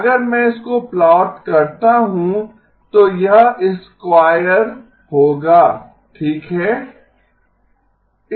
अगर मैं इसको प्लॉट करता हू तो यह स्क्वायर होगा ठीक है